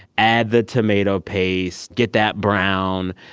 add the tomato paste, get that brown,